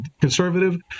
conservative